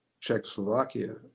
Czechoslovakia